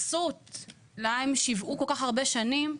ההתייחסות לה הם שיוועו כל כך הרבה שנים,